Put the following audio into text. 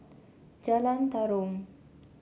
Jalan Tarum